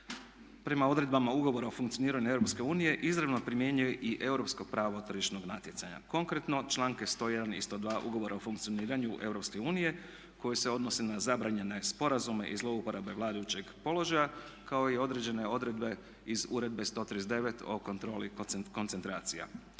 prema odredbama Ugovora o funkcioniranju EU izravno primjenjuje i europsko pravo tržišnog natjecanja. Konkretno članke 101. i 102. Ugovora o funkcioniranju EU koje se odnose na zabranjene sporazume i zlouporabe vladajućeg položaja kao i određene odredbe iz Uredbe 139 o kontroli koncentracija.